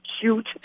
cute